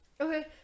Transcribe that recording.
Okay